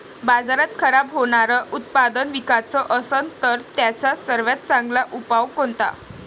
बाजारात खराब होनारं उत्पादन विकाच असन तर त्याचा सर्वात चांगला उपाव कोनता?